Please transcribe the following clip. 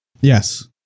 Yes